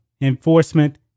Enforcement